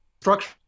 structure